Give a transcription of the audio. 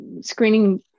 screening